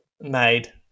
made